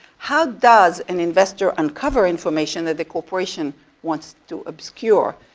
how does an investor uncover information that the corporation wants to obscure,